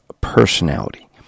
personality